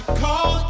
Call